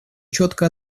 четко